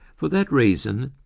for that reason,